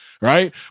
right